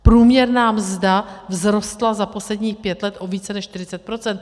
Průměrná mzda vzrostla za posledních pět let o více, než 40 %.